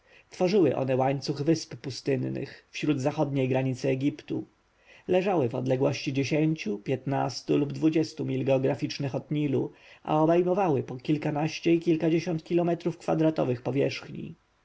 tworzyły one łańcuch wysp pustynnych wzdłuż zachodniej granicy egiptu leżały w odległości dziesięciu piętnastu lub dwudziestu mil jeograficznych od nilu a obejmowały po kilkanaście i kilkadziesiąt kilometrów kwadratowych powierzchni